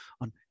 on